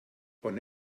und